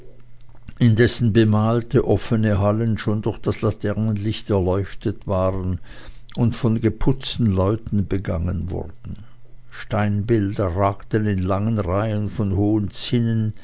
indessen bemalte offene hallen schon durch laternenlicht erleuchtet waren und von geputzten leuten begangen wurden steinbilder ragten in langen reihen von hohen zinnen